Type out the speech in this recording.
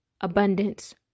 abundance